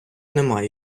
нема